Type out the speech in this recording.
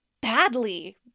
badly